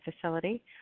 facility